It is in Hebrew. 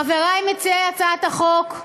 חברי מציעי הצעת החוק,